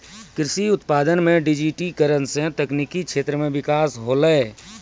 कृषि उत्पादन मे डिजिटिकरण से तकनिकी क्षेत्र मे बिकास होलै